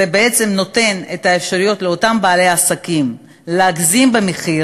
זה בעצם נותן את האפשרויות לאותם בעלי עסקים להגזים במחיר,